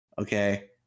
okay